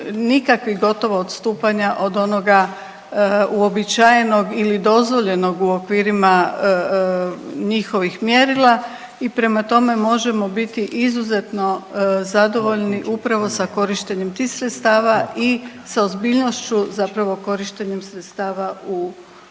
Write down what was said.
nikakvih gotovo odstupanja od onoga uobičajenog ili dozvoljenog u okvirima njihovih mjerila. I prema tome, možemo biti izuzetno zadovoljni upravo sa korištenjem tih sredstava i sa ozbiljnošću zapravo korištenjem sredstava u ovom